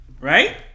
Right